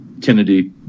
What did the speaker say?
Kennedy